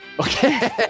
Okay